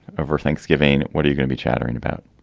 over thanksgiving. what are you gonna be chattering about?